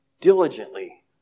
diligently